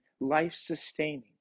life-sustaining